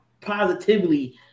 positively